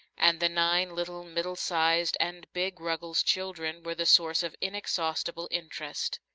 and the nine little, middle-sized and big ruggles children were the source of inexhaustible interest.